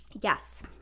Yes